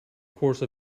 course